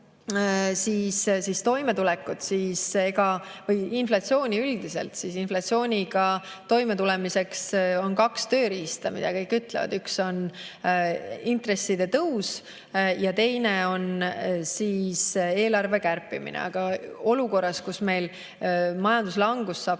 Mis puudutab inflatsiooni üldiselt, siis inflatsiooniga toimetulemiseks on kaks tööriista, mida kõik ütlevad: üks on intresside tõus ja teine on eelarve kärpimine. Aga olukorras, kus meil majanduslangus saab